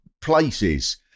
places